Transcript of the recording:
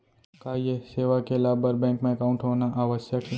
का ये सेवा के लाभ बर बैंक मा एकाउंट होना आवश्यक हे